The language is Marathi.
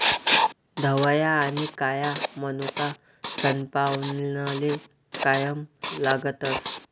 धवया आनी काया मनोका सनपावनले कायम लागतस